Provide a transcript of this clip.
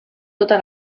tota